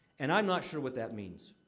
and i'm not sure what that means.